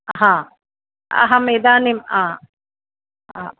हा अहमिदानीं हा हा